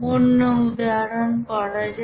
অন্য উদাহরণ করা যাক